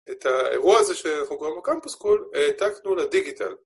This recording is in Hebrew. את האירוע הזה שאנחנו קוראים לו Campus Call, העתקנו לדיגיטל.